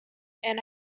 and